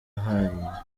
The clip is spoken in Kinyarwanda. haye